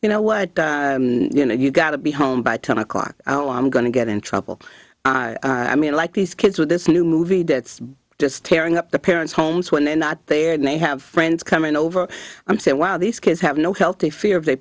you know what you know you've got to be home by ten o'clock oh i'm going to get in trouble i mean like these kids with this new movie that's just tearing up the parents homes when they're not there and they have friends coming over i'm saying wow these kids have no healthy fear of their